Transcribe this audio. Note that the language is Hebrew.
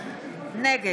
נגד